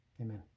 Amen